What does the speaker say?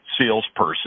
salesperson